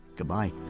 goodbye